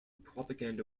propaganda